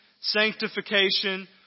sanctification